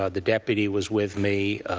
ah the deputy was with me,